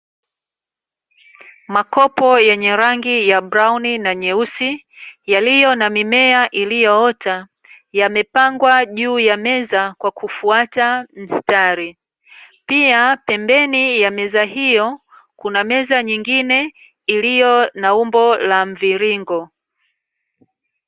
Makopo yenye rangi ya brauni na nyeusi, yaliyo na mimea iliyoota, yamepangwa juu ya meza kwa kufuata mstari, pia pembeni ya meza hio kuna meza nyingine iliyo na umbo la mviringo.